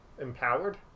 empowered